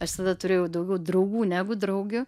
aš visada turėjau daugiau draugų negu draugių